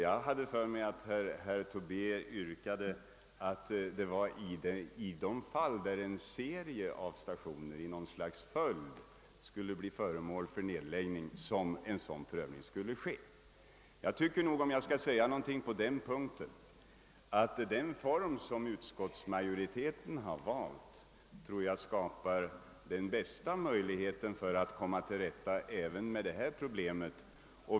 Jag hade för mig att herr Tobé yrkade, att en sådan prövning skulle ske i de fall, då fråga var om nedläggning av en serie av stationer. Jag tycker, om jag skall säga någonting på den punkten, att den form som utskottsmajoriteten har valt skapar den bästa möjligheten för att komma till rätta även med detta problem.